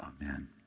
amen